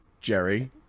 jerry